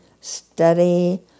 study